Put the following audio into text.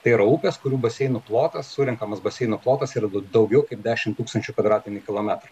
tai yra upės kurių baseinų plotas surenkamas baseino plotas yra daugiau kaip dešimt tūkstančių kvadratinių kilometrų